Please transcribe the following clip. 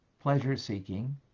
pleasure-seeking